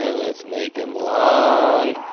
let's make him looong.